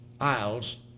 Isles